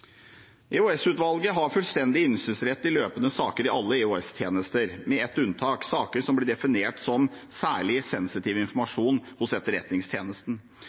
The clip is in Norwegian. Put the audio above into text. har fullstendig innsynsrett i løpende saker i alle EOS-tjenester med ett unntak: saker som blir definert som særlig sensitiv informasjon hos